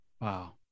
Wow